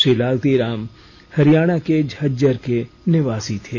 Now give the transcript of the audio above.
श्री लालती राम हरियाण के झज्जर के निवासी थे